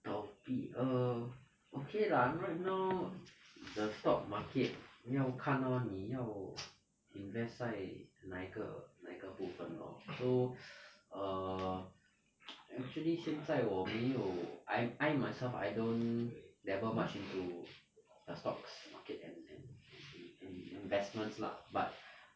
倒闭 err okay lah right now the stock market 要看 lor 你要 invest 在哪一个部分哪一个部分 lor so err actually 现在我没有 I'm I myself I don't never much into the stock's market and and and in in investments lah but err